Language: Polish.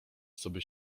coby